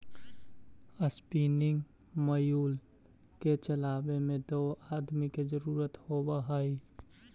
spinning mule के चलावे में दो आदमी के जरुरी होवऽ हई